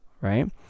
right